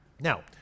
Now